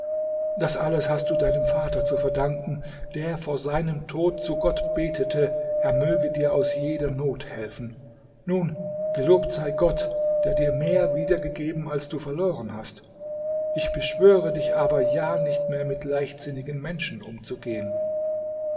das alles hast du deinem vater zu verdanken der vor seinem tod zu gott betete er möge dir aus jeder not helfen nun gelobt sei gott der dir mehr wiedergegeben als du verloren hast ich beschwöre dich aber ja nicht mehr mit leichtsinnigen menschen umzugehen